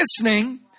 listening